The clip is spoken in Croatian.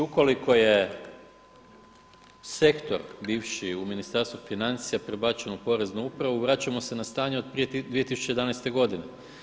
Ukoliko je sektor bivši u Ministarstvu financija prebačen u poreznu upravu, vraćamo se na stanje od prije 2011. godine.